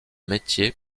métier